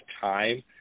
time